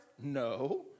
No